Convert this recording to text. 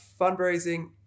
fundraising